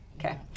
Okay